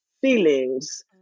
feelings